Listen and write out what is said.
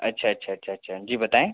अच्छा अच्छा अच्छा अच्छा जी बताएँ